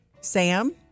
Sam